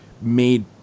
made